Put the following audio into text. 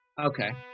Okay